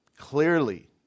clearly